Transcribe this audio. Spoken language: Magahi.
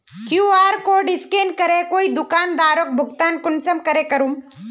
कियु.आर कोड स्कैन करे कोई दुकानदारोक भुगतान कुंसम करे करूम?